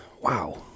wow